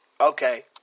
Okay